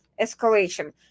escalation